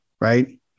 right